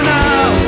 now